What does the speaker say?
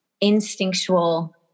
instinctual